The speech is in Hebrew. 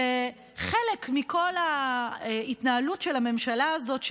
זה חלק מכל ההתנהלות של הממשלה הזאת,